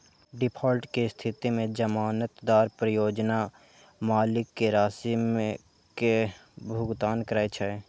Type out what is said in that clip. default के स्थिति मे जमानतदार परियोजना मालिक कें राशि के भुगतान करै छै